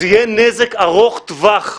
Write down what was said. זה יהיה נזק ארוך טווח.